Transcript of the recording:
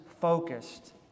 focused